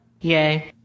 Yay